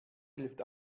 hilft